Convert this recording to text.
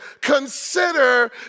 consider